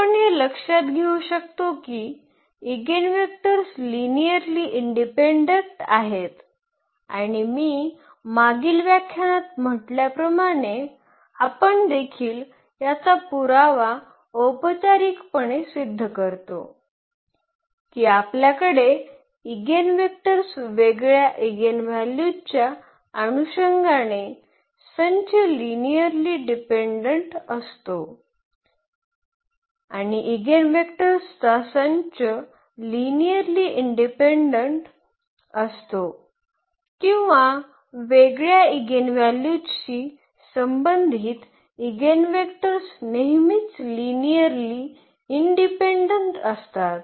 आपण हे लक्षात घेऊ शकतो की हे इगेनवेक्टर लिनिअर्ली इंडिपेंडंट आहेत आणि मी मागील व्याख्यानात म्हटल्याप्रमाणे आपण देखील याचा पुरावा औपचारिकपणे सिद्ध करतो की आपल्याकडे इगेनवेक्टर्स वेगळ्या इगेनव्हॅल्यूजच्या अनुषंगाने संच लिनिअर्ली डिपेंडंट असतो आणि इगेनवेक्टर्सचा संच लिनिअर्ली इंडिपेंडंट असतो किंवा वेगळ्या इगेनव्हॅल्यूजशी संबंधित इगेनवेक्टर्स नेहमीच लिनिअर्ली इंडिपेंडंट असतात